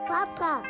Papa